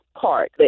Park